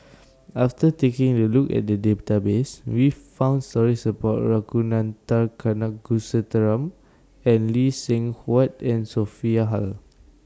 after taking A Look At The Database We found stories about Ragunathar Kanagasuntheram and Lee Seng Huat and Sophia Hull